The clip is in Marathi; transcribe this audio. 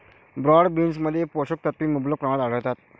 ब्रॉड बीन्समध्ये पोषक तत्वे मुबलक प्रमाणात आढळतात